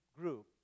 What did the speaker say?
group